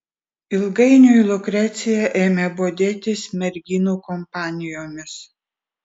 ilgainiui lukrecija ėmė bodėtis merginų kompanijomis